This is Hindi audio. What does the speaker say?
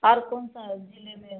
आर कौनसा जिले में